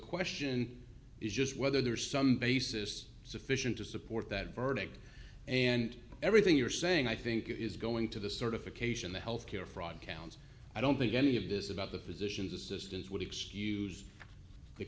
question is just whether there's some basis sufficient to support that verdict and everything you're saying i think is going to the certification the health care fraud count i don't think any of this about the physician's assistants would excuse